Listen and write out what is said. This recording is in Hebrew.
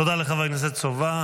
תודה לחבר הכנסת סובה.